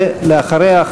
ולאחריה,